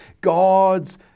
God's